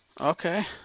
Okay